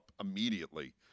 immediately